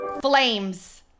Flames